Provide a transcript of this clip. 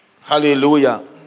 Hallelujah